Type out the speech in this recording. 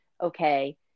okay